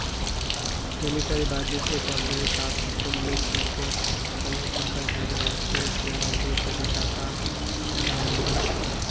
military budget এ পর্যায়ে সাতচল্লিশ লক্ষ সাতাশি হাজার একশো ছিয়ানব্বই কোটি টাকা রাখ্যাং